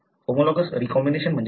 homologous recombination म्हणजे काय